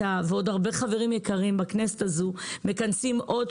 אתה ועוד הרבה חברים יקרים בכנסת הזו מכנסים ועדות